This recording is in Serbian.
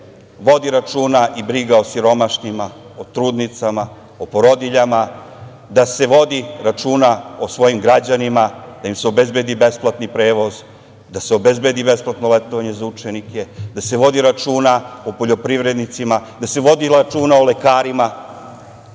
vodi računa i briga o siromašnima, o trudnicama, o porodiljama, da se vodi računa o svojim građanima, da im se obezbedi besplatni prevoz, da se obezbedi besplatno letovanje za učenike, da se vodi računa o poljoprivrednicima, da se vodi računa o lekarima,